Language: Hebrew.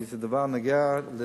כי זה דבר שנוגע לעיקרון,